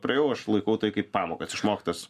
praėjau aš laikau tai kaip pamokas išmoktas